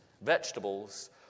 vegetables